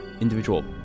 individual